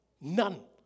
None